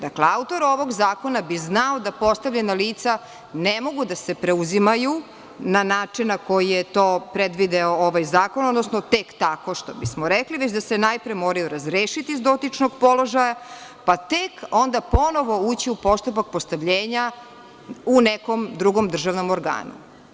Dakle, autor ovog zakona bi znao da postavljena lica ne mogu da se preuzimaju na način na koji je to predvideo ovaj zakon, odnosno tek tako, što bismo rekli već da se najpre moraju razrešiti s dotičnog položaja, pa tek onda ponovo ući u postupak postavljena u nekom drugom državnom organu.